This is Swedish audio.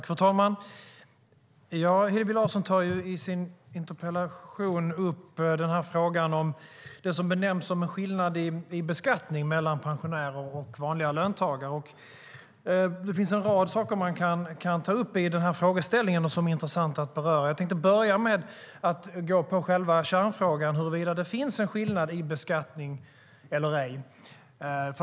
Fru talman! I sin interpellation tar Hillevi Larsson upp det som benämns som en skillnad i beskattning mellan pensionärer och vanliga löntagare. Det finns en rad saker man kan ta upp i den här frågeställningen som är intressanta att beröra. Jag tänkte börja med att gå på själva kärnfrågan: huruvida det finns en skillnad i beskattning eller ej.